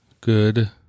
Good